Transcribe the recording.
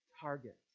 target